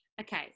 okay